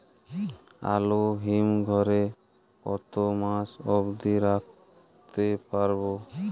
আলু হিম ঘরে কতো মাস অব্দি রাখতে পারবো?